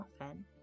often